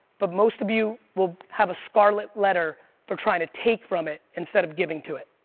but most of you will have a scarlet letter for trying to take from it instead of giving to it.